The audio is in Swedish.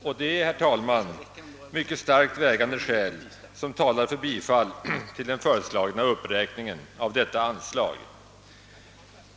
Det finns, herr talman, starkt vägande skäl som talar för bifall till den föreslagna uppräkningen av detta anslag.